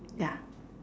yeah